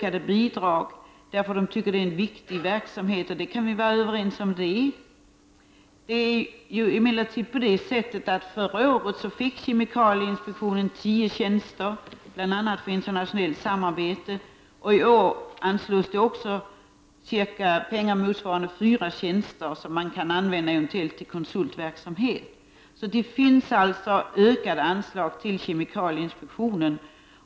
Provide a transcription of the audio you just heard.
Reservanterna anser att dess verksamhet är viktig, och det kan vi vara överens om att den är. Förra året fick emellertid kemikalieinspektionen tio tjänster, bl.a. för internationellt samarbete, och i år anslås också pengar, motsvarande fyra tjänster, som eventuellt kan användas till konsultverksamhet. Det ges alltså ökade anslag till kemikalieinspektionen.